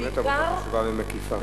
באמת עבודה חשובה ומקיפה.